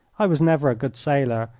i was never a good sailor,